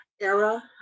era